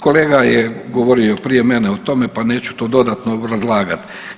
Kolega je govorio prije mene o tome pa neću to dodatno obrazlagati.